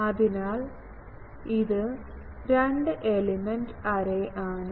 അതിനാൽ ഇത് രണ്ട് എലമെന്റ് എറേ ആണ്